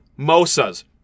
Mosa's